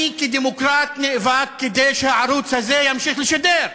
אני כדמוקרט נאבק כדי שהערוץ הזה ימשיך לשדר,